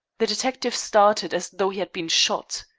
the detective started as though he had been shot.